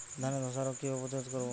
ধানে ধ্বসা রোগ কিভাবে প্রতিরোধ করব?